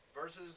Versus